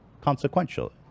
consequential